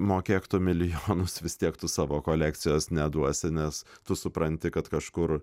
mokėk tu milijonus vis tiek tu savo kolekcijos neduosi nes tu supranti kad kažkur